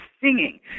singing